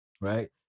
right